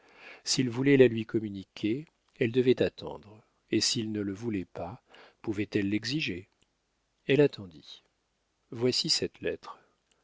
s'il voulait la lui communiquer elle devait attendre et s'il ne le voulait pas pouvait-elle l'exiger elle attendit voici cette lettre